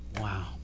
Wow